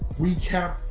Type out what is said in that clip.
recap